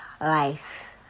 life